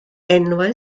enwau